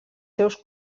seus